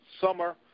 summer